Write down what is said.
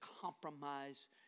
compromise